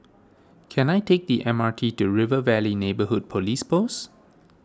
can I take the M R T to River Valley Neighbourhood Police Post